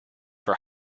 for